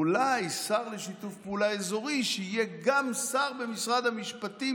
אולי שר לשיתוף פעולה אזורי שיהיה גם שר במשרד המשפטים,